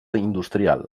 industrial